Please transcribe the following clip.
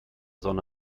sonne